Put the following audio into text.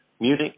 Munich